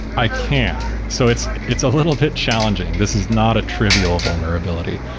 i can. so it's it's a little bit challenging. this is not a trivial vulnerability.